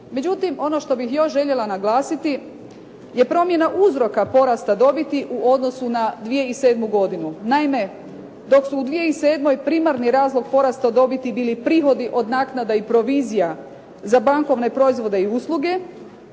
Međutim, ono što bih još željela naglasiti je promjena uzroka porasta dobiti u odnosu na 2007. godinu. Naime, dok su u 2007. primarni razlog porasta dobiti bili prihodi od naknada i provizija za bankovne proizvode i usluge,